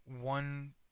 one